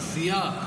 עשייה,